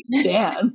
stand